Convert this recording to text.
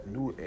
New